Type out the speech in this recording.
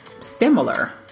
similar